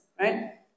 right